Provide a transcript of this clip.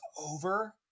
over